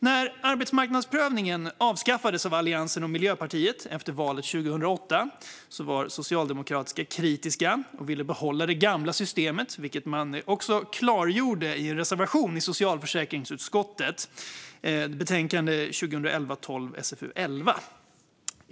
När arbetsmarknadsprövningen avskaffades av Alliansen och Miljöpartiet 2008 var Socialdemokraterna kritiska och ville behålla det gamla systemet, vilket man också klargjorde i en reservation i socialförsäkringsutskottet, betänkande 2011/12:SfU11.